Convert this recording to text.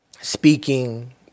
speaking